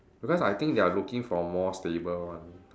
because I think they are looking for more stable one